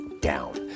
down